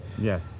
Yes